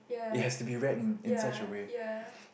yeah yeah yeah